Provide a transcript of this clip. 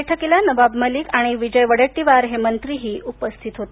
बैठकीला नवाब मलिक आणि विजय वडेट्टीवार हे मंत्रीही उपस्थित होते